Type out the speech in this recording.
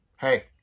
Hey